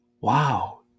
Wow